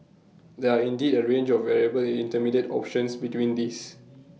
there are indeed A range of viable intermediate options between these